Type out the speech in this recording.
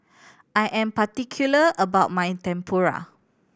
I am particular about my Tempura